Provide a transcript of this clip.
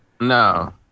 No